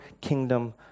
kingdom